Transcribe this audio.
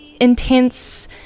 intense